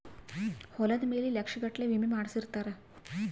ಹೊಲದ ಮೇಲೆ ಲಕ್ಷ ಗಟ್ಲೇ ವಿಮೆ ಮಾಡ್ಸಿರ್ತಾರ